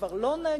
כבר לא נגב?